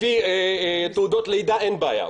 לפי תעודות לידה, אין בעיה.